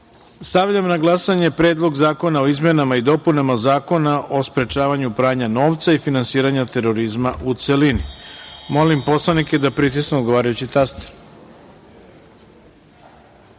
reda. Stavljam na glasanje Predlog zakona o izmenama i dopunama Zakona o sprečavanju pranja novca i finansiranja terorizma, u celini. Molim narodne poslanike da pritisnu odgovarajući